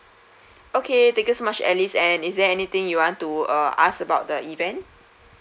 okay thank you so much alice and is there anything you want to uh ask about the event